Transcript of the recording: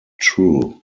true